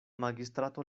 magistrato